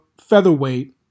featherweight